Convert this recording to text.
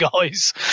guys